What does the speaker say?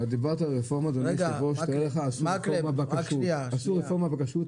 עשו רפורמה בכשרות,